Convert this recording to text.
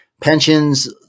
Pensions